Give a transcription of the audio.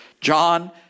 John